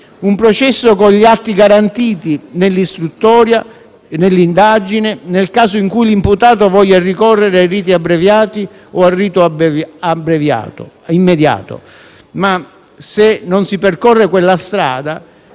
un processo con gli atti garantiti, nell'istruttoria e nell'indagine, nel caso in cui l'imputato voglia ricorrere ai riti abbreviati o al rito immediato. Se però non si percorre quella strada,